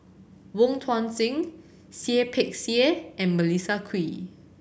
Wong Tuang Seng Seah Peck Seah and Melissa Kwee